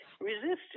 resisted